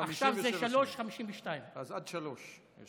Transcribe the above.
עכשיו זה 3:52. אז עד שלוש יש